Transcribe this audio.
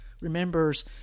remembers